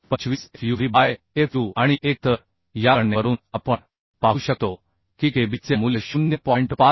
25 Fu v by fu आणि 1 तर या गणनेवरून आपण पाहू शकतो की kB चे मूल्य 0